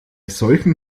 solchen